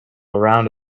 around